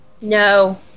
No